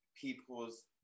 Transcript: people's